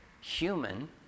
human